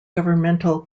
governmental